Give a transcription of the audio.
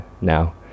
now